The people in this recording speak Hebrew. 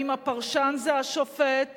האם הפרשן זה השופט